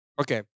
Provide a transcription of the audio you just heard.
Okay